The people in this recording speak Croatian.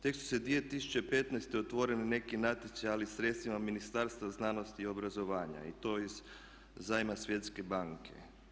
Tek su 2015. otvoreni neki natječaji, ali sredstvima Ministarstva znanosti i obrazovanja i to iz zajma Svjetske banke.